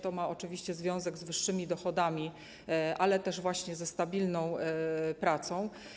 To oczywiście ma związek z wyższymi dochodami, ale też właśnie ze stabilną pracą.